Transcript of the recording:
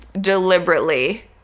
deliberately